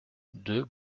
deux